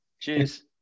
Cheers